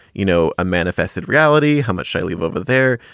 you know, a manifested reality, how much i live over there?